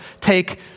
take